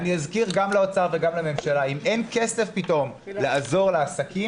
אני אזכיר גם לאוצר וגם לממשלה: אם אין כסף פתאום לעזור לעסקים,